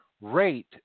rate